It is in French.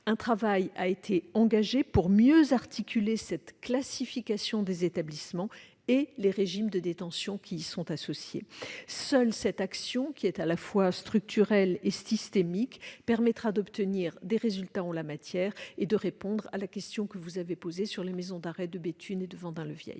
Un travail a été engagé pour mieux articuler cette classification des établissements et les régimes de détention qui y sont associés. Seule cette action, qui est à la fois structurelle et systémique, permettra d'obtenir des résultats en la matière et de répondre à la question que vous avez posée sur les maisons d'arrêt de Béthune et de Vendin-le-Vieil.